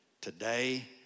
today